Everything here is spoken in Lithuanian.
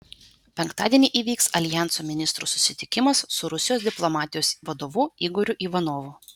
penktadienį įvyks aljanso ministrų susitikimas su rusijos diplomatijos vadovu igoriu ivanovu